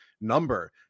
number